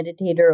meditator